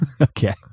okay